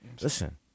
Listen